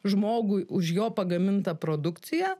žmogui už jo pagamintą produkciją